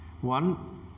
one